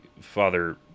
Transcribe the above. father